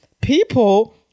people